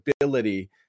ability